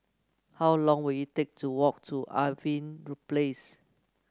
how long will it take to walk to Irving Place